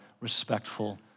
respectful